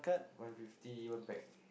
one fifty one pack